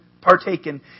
Partaken